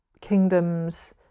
kingdoms